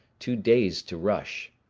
too dazed to rush.